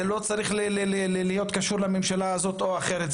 זה לא צריך להיות קשור לממשלה זו או אחרת,